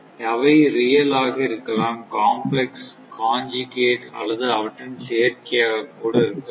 அவை ரியல் ஆக இருக்கலாம் காம்ப்ளெக்ஸ் காஞ்சுகேட் அல்லது அவற்றின் சேர்க்கையாக இருக்கலாம்